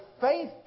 faith